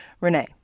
Renee